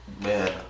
Man